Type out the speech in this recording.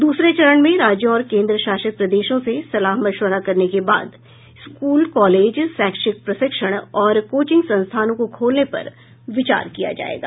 दूसरे चरण में राज्यों और केंद्र शासित प्रदेशों से सलाह मश्वरा करने के बाद स्कूल कॉलेज शैक्षिक प्रशिक्षण और कोचिंग संस्थानों को खोलने पर विचार किया जाएगा